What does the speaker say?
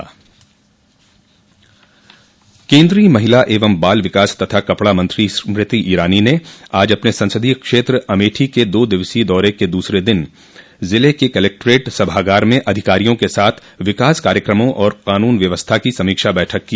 केन्द्रीय महिला एवं बाल विकास तथा कपड़ा मंत्री स्मृति ईरानी ने अपने संसदीय क्षेत्र अमेठी के दो दिवसीय दौरे के दूसरे दिन आज जिले के कलेक्ट्रेट सभागार में अधिकारियों के साथ विकास कार्यक्रमों और कानून व्यवस्था की समीक्षा बैठक की